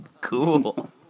cool